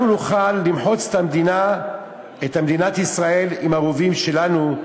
אנחנו נוכל למחוץ את מדינת ישראל עם הרובים שלנו,